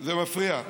זה מפריע,